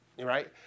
Right